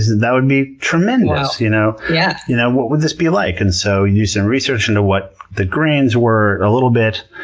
that would be tremendous, you know? yeah you know what would this be like? and so you do some research into what the grains were a little bit,